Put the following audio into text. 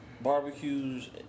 barbecues